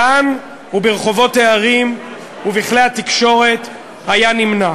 כאן וברחובות הערים ובכלי התקשורת, היה נמנע.